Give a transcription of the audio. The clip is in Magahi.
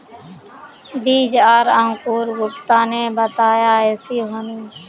बीज आर अंकूर गुप्ता ने बताया ऐसी होनी?